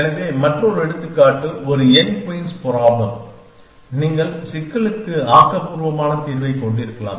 எனவே மற்றொரு எடுத்துக்காட்டு ஒரு n குயின்ஸ் ப்ராப்ளம் நீங்கள் சிக்கலுக்கு ஆக்கபூர்வமான தீர்வைக் கொண்டிருக்கலாம்